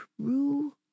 true